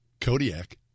Kodiak